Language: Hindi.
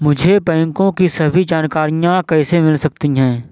मुझे बैंकों की सभी जानकारियाँ कैसे मिल सकती हैं?